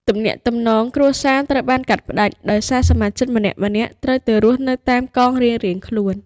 ទំនាក់ទំនងគ្រួសារត្រូវបានកាត់ផ្តាច់ ដោយសារសមាជិកម្នាក់ៗត្រូវទៅរស់នៅតាមកងរៀងៗខ្លួន។